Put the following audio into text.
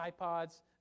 iPods